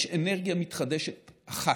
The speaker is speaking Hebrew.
יש אנרגיה מתחדשת אחת,